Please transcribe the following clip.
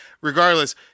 Regardless